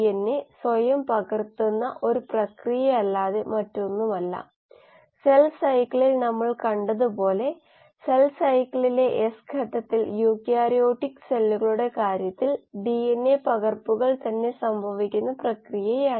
H നിയന്ത്രിച്ചത് ഇത് ഒരു പിഎച്ച് അളക്കുന്ന ഉപകരണം അല്ല pH ഉപകരണം മീഡിയത്തിന്റെ pH മാത്രമേ അളക്കുകയുള്ളൂ തുടർന്ന് അത് പ്രക്ഷേപണം ചെയ്യുക ഗ്ലൂക്കോസ് ഫീഡ് നൽകേണ്ടതുണ്ടോ എന്നും അല്ലെങ്കിൽ ഗ്ലൂക്കോസിന്റെ ഫീഡ് നിരക്ക് നിർണ്ണയിക്കുന്നതും മറ്റും കൺട്രോളറാണ്